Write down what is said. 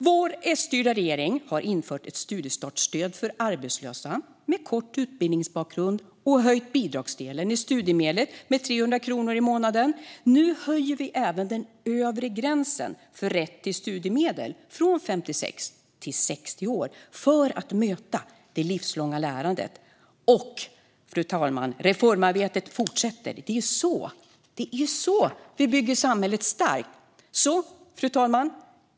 Vår S-styrda regering har infört ett studiestartsstöd för arbetslösa med kort utbildningsbakgrund och höjt bidragsdelen i studiemedlet med 300 kronor i månaden. Nu höjer vi även den övre gränsen för rätt till studiemedel från 56 till 60 år för att möta det livslånga lärandet. Och, fru talman, reformarbetet fortsätter. Det är så vi bygger vårt samhälle starkt. Fru talman!